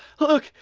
look,